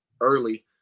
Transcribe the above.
early